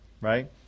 Right